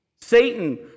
Satan